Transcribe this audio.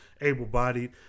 able-bodied